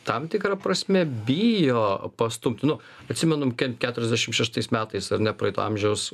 tam tikra prasme bijo pastumti nu atsimenam keturiasdešim šeštais metais ar ne praeito amžiaus